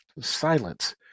silence